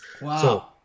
Wow